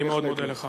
אני מאוד מודה לך.